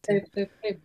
taip taip taip